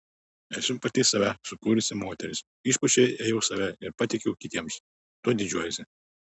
esu pati save sukūrusi moteris išpuošei ėjau save ir pateikiau kitiems tuo didžiuojuosi